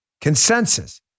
consensus